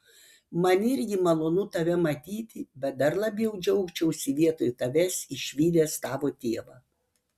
man irgi malonu tave matyti bet dar labiau džiaugčiausi vietoj tavęs išvydęs tavo tėvą